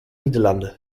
niederlande